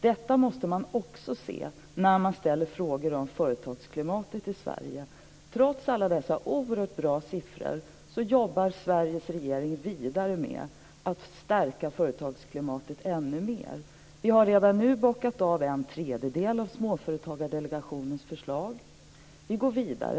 Detta måste man också se när man ställer frågor om företagsklimatet i Trots alla dessa oerhört bra siffror jobbar Sveriges regering vidare med att stärka företagsklimatet ännu mer. Vi har redan nu bockat av en tredjedel av Småföretagsdelegationens förslag. Vi går vidare.